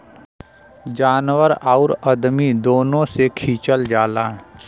जानवर आउर अदमी दुनो से खिचल जाला